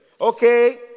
Okay